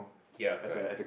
ya correct